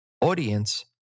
audience